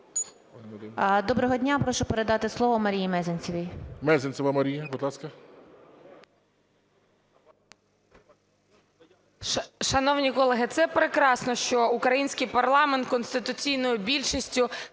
Доброго дня. Прошу передати слово Марії Мезенцевій. ГОЛОВУЮЧИЙ. Мезенцева Марія, будь ласка.